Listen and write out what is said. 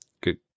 Good